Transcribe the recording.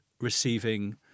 receiving